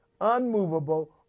unmovable